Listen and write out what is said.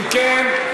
אם כן,